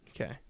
Okay